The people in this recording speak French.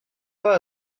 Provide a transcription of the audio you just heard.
pas